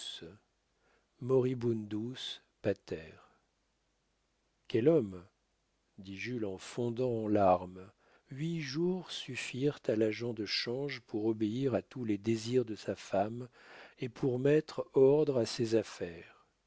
moribundus pater quel homme dit jules en fondant en larmes huit jours suffirent à l'agent de change pour obéir à tous les désirs de sa femme et pour mettre ordre à ses affaires